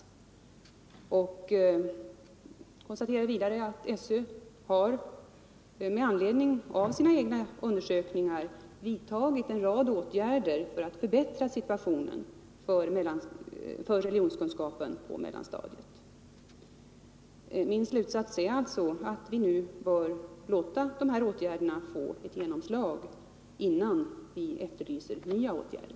Jag konstaterar 21 november 1974 också att skolöverstyrelsen har, med anledning av sina egna undersökningar, vidtagit en rad åtgärder för att förbättra situationen när det gäller Om en breddad religionskunskapen på mellanstadiet. utbildning av Min slutsats är alltså att vi nu bör låta de här åtgärderna få genomslag Sjukgymnaster innan vi efterlyser nya åtgärder.